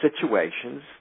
situations